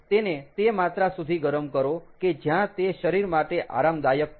તેને તે માત્રા સુધી ગરમ કરો કે જ્યાં તે શરીર માટે આરામદાયક છે